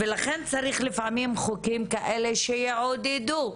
ולכן, צריך לפעמים חוקים כאלה שיעודדו.